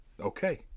Okay